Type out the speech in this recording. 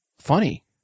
funny